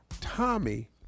Tommy